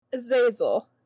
Zazel